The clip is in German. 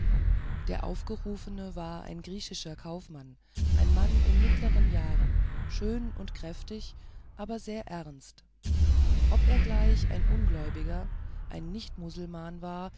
der aufgerufene war ein griechischer kaufmann ein mann in mittleren jahren schön und kräftig aber sehr ernst ob er gleich ein ungläubiger nicht muselmann war